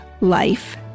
life